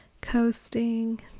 coasting